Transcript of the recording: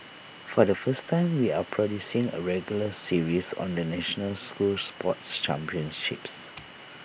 for the first time we are producing A regular series on the national school sports championships